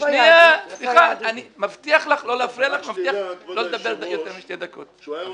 רגע, אבל איפה היהדות?